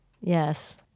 Yes